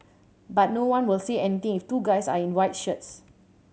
but no one will say anything if two guys are in white shirts